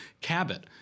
Cabot